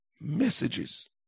messages